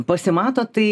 pasimato tai